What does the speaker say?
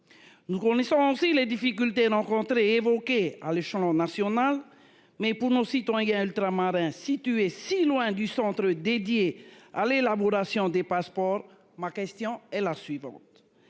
Nous on est sait les difficultés rencontrées évoqué à l'échelon national. Mais pour nos citoyens ultramarins située si loin du centre dédié à l'élaboration des passeports. Ma question est la suivante.